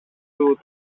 του